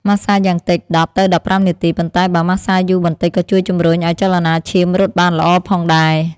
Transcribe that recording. ម៉ាស្សាយ៉ាងតិច ១០ ទៅ ១៥ នាទី ប៉ុន្តែបើម៉ាស្សាយូរបន្តិចក៏ជួយជំរុញអោយចលនាឈាមរត់បានល្អផងដែរ។